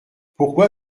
pourquoi